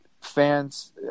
fans